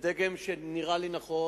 דגם שנראה לי נכון,